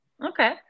okay